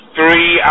Three